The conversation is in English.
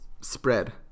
spread